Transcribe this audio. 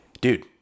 dude